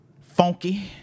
funky